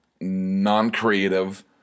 non-creative